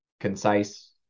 concise